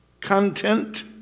content